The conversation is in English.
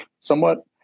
somewhat